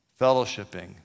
fellowshipping